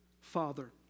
Father